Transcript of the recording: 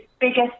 biggest